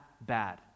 bad